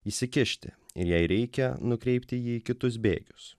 įsikišti ir jei reikia nukreipti į kitus bėgius